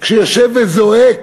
שיושב וזועק,